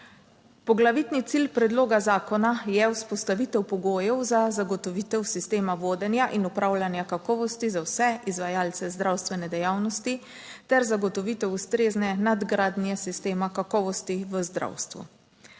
Poglavitni cilj predloga zakona je vzpostavitev pogojev za zagotovitev sistema vodenja in upravljanja kakovosti za vse izvajalce zdravstvene dejavnosti ter zagotovitev ustrezne nadgradnje sistema kakovosti v zdravstvu.